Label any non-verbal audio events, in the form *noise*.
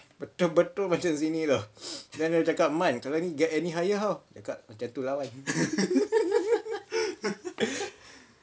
betul-betul macam sini [tau] then dia cakap man kalau get any higher how aku cakap macam tu lah wan *laughs*